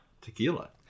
Tequila